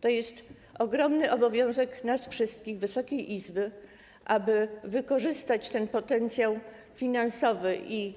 To jest ogromny obowiązek nas wszystkich, Wysokiej Izby, aby wykorzystać ten potencjał finansowy i